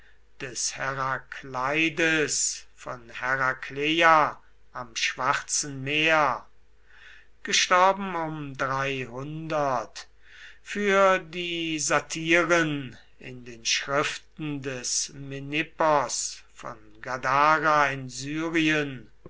des herakleides von herakleia am schwarzen meer für die satiren in den schriften des menippos von gadara in syrien